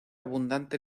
abundante